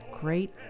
great